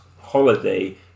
holiday